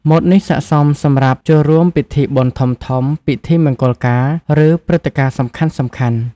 ម៉ូតនេះស័ក្តិសមសម្រាប់ចូលរួមពិធីបុណ្យធំៗ ពិធីមង្គលការ ឬព្រឹត្តិការណ៍សំខាន់ៗ។